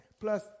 plus